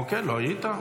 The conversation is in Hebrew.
אוקיי, לא היית.